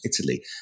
Italy